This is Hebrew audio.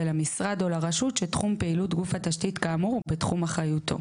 ולמשרד או לרשות שתחום פעילות גוף התשתית כאמור הוא בתחום אחריותו: